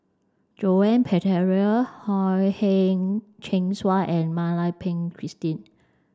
Joan Pereira Ha Heng Cheng Swa and Mak Lai Peng Christine